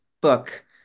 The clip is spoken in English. book